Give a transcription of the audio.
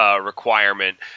requirement